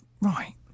right